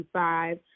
five